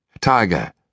Tiger